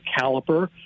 caliper